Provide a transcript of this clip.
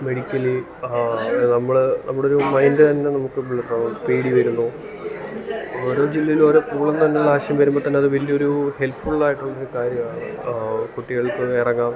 medically നമ്മൾ നമ്മടൊരു മൈൻഡ്തന്നെ നമുക്ക് ഉള്ളിലിപ്പോൾ പേടി വരുമ്പോൾ ഓരോ ജില്ലയിൽ ഓരോ പൂളെന്നുള്ള ആശയം വരുമ്പോൾ തന്നെ അത് വലിയ ഒരു ഹെൽപ്പ് ഫുള്ളായിട്ടുള്ളൊരു കാര്യമാണ് കുട്ടികൾക്ക് എറങ്ങാം